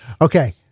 Okay